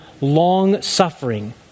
long-suffering